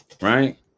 Right